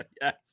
Yes